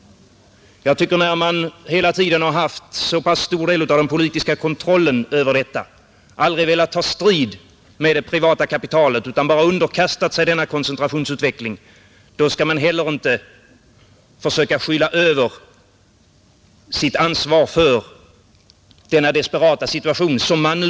När man hela tiden har haft en tämligen stor del av den politiska kontrollen över detta och aldrig velat ta strid med det privata kapitalet, utan endast underkastat sig koncentrationsutvecklingen, tycker jag att man inte heller skall försöka skyla över sitt ansvar för den desperata situation som uppstått.